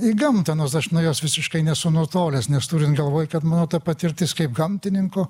į gamtą nors aš nuo jos visiškai nesu nutolęs nes turint galvoj kad mano ta patirtis kaip gamtininko